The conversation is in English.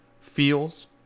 Feels